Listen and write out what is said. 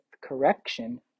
correction